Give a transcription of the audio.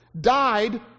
died